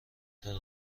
دلیل